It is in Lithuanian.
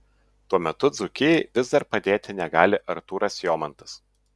tuo metu dzūkijai vis dar padėti negali artūras jomantas